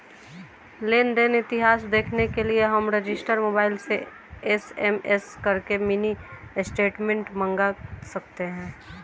लेन देन इतिहास देखने के लिए हम रजिस्टर मोबाइल से एस.एम.एस करके मिनी स्टेटमेंट मंगा सकते है